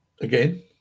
Again